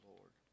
Lord